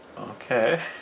Okay